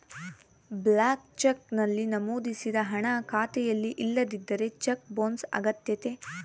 blank cheque ನಲ್ಲಿ ನಮೋದಿಸಿದ ಹಣ ಖಾತೆಯಲ್ಲಿ ಇಲ್ಲದಿದ್ದರೆ ಚೆಕ್ ಬೊನ್ಸ್ ಅಗತ್ಯತೆ